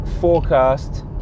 Forecast